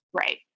Right